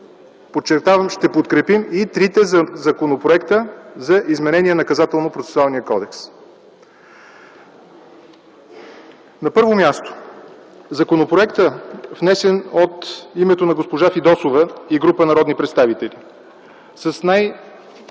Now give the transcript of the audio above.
ще подкрепим и трите законопроекта за изменение на Наказателно-процесуалния кодекс. На първо място, законопроектът, внесен от името на госпожа Фидосова и група народни представители – с най-голям